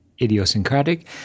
Idiosyncratic